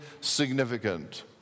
significant